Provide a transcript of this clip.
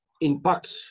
impact